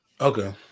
Okay